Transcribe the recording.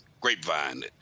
grapevine